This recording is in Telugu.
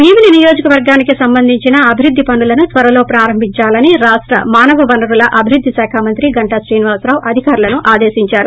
భీమిలిపట్నం నియోజికవర్గానికి సంబంధించిన అభివృద్ది పనులను త్వరలో ప్రారంభించాలని రాష్ట మాసవవనరుల శాఖా మంత్రి గంటా శ్రీనివాసరావు అధికారులను ఆదేశించారు